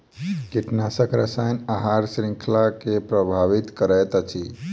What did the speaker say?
कीटनाशक रसायन आहार श्रृंखला के प्रभावित करैत अछि